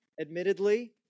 admittedly